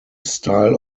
style